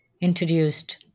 introduced